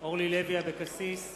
אורלי לוי אבקסיס,